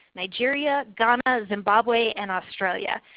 nigeria, ghana, zimbabwe and australia.